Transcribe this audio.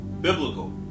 Biblical